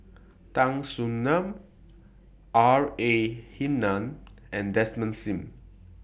Tan Soo NAN R A Hamid and Desmond SIM